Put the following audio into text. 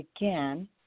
again